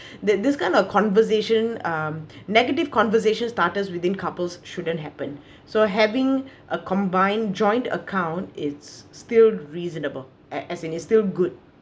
the this kind of conversation um negative conversation starters within couples shouldn't happen so having a combined joint account it's still reasonable act as in is still good